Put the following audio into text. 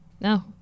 no